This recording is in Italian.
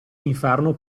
inferno